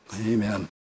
amen